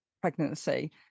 pregnancy